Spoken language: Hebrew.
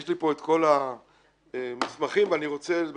יש לי פה את כל המסמכים ואני רוצה להסביר